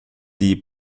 die